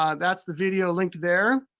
um that's the video linked there.